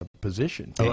position